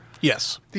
Yes